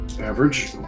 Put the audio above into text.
Average